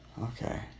Okay